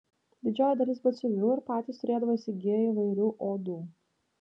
didžioji dalis batsiuvių ir patys turėdavo įsigiję įvairių odų